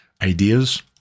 ideas